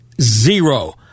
Zero